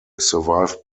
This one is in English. survived